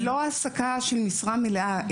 זו לא העסקה של משרה מלאה.